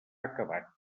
acabat